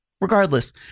regardless